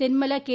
Thenmala K